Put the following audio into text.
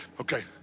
okay